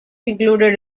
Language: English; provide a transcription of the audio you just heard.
included